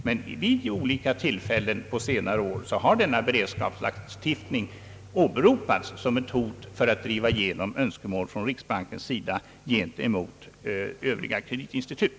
Men vid olika tillfällen under senare år har denna beredskapslagstiftning åberopats som ett hot för att driva igenom önskemål från riksbankens sida gentemot övriga kreditinstitut.